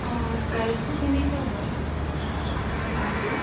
অ প্ৰাইছবোৰ কেনেকুৱা হয় দামবোৰ